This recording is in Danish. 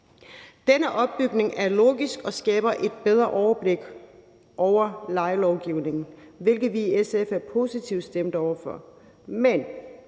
Denne opbygning er logisk og skaber et bedre overblik over lejelovgivningen, hvilket vi i SF er positivt stemt over for.